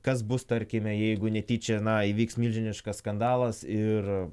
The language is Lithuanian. kas bus tarkime jeigu netyčia na įvyks milžiniškas skandalas ir